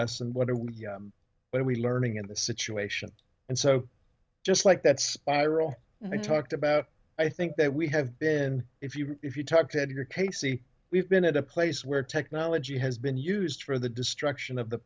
us and what are we what are we learning in the situation and so just like that spiral i talked about i think that we have been if you if you talk to editor casey we've been at a place where technology has been used for the destruction of the